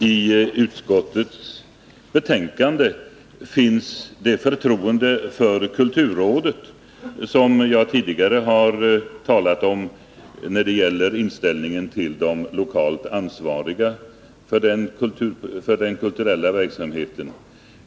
I utskottets betänkande uttrycks samma förtroende för kulturrådet som jagtidigare har talat om när det gäller inställningen till de lokalt ansvariga för den kulturella verksamheten.